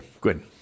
good